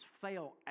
fail